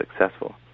successful